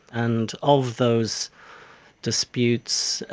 and of those disputes,